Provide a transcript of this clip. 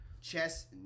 Chess